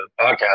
podcast